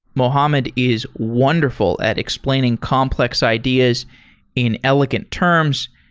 mohammed is wonderful at explaining complex ideas in elegant terms,